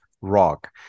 rock